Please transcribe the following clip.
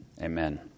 Amen